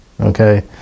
Okay